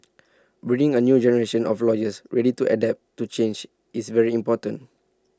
breeding A new generation of lawyers ready to adapt to change is very important